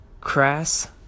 Crass